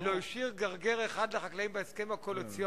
לא השאיר לחקלאים גרגר אחד בהסכם הקואליציוני,